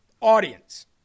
audience